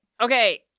Okay